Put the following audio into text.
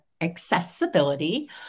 accessibility